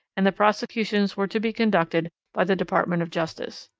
and the prosecutions were to be conducted by the department of justice.